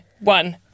one